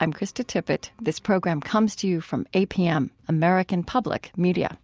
i'm krista tippett. this program comes to you from apm, american public media